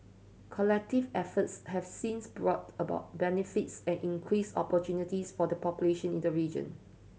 collective efforts have since brought about benefits and increased opportunities for the population in the region